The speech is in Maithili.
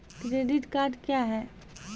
क्रेडिट कार्ड क्या हैं?